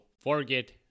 forget